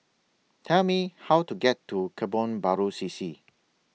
Tell Me How to get to Kebun Baru C C